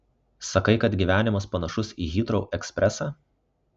sakai kad gyvenimas panašus į hitrou ekspresą